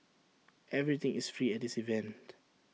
everything is free at this event